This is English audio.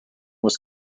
was